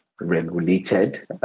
regulated